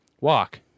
walk